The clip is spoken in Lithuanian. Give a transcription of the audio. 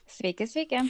sveiki sveiki